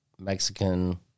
Mexican